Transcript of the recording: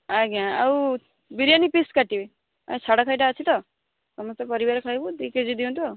ଆଜ୍ଞା ଆଉ ବିରିଆନୀ ପିସ୍ କାଟିବେ ଛାଡ଼ଖାଇଟା ଅଛି ତ ସମସ୍ତେ ପରିବାର ଖାଇବୁ ଦୁଇ କେଜି ଦିଅନ୍ତୁ ଆଉ